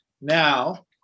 now